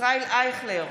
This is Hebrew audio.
ישראל אייכלר,